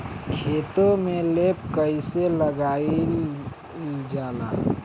खेतो में लेप कईसे लगाई ल जाला?